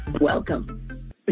Welcome